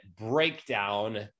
breakdown